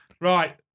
right